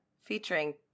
featuring